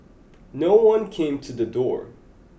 no one came to the door